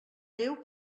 déu